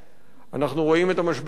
אנחנו רואים את המשבר בעיתונות הכתובה,